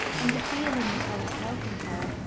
and the feeling that i was helping her,